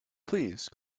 please